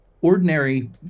ordinary